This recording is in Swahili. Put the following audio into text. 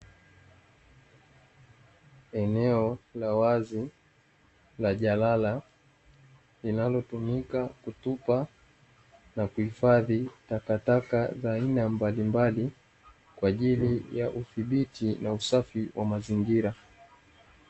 Eneo la wazi la jalala linalotumika kutupa taka na kuhifadhi takataka za aina mbalimbali kwa jili ya kudhibiti na usafi wa mazingira.